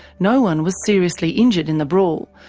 no-one was seriously injured in the brawl,